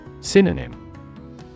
Synonym